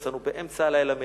יצאנו באמצע הלילה מעין-גדי,